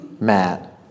Matt